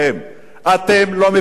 אתם לא מביאים לנו פתרונות.